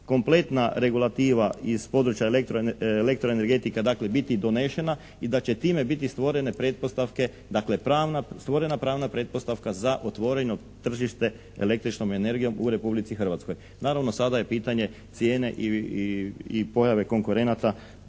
kompletna regulativa iz područja elektroenergetike biti donešena i da će time biti stvorene pretpostavke, stvorena pravna pretpostavka za otvoreno tržište električnom energijom u Republici Hrvatskoj. Naravno, sada je pitanje cijene i pojave konkurenata.